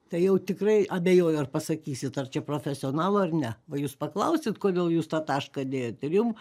tai jau tikrai abejoju ar pasakysit ar čia profesionalo ar ne o jūs paklausit kodėl jūs tą tašką dėjot ir jum